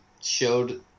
showed